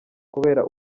kubera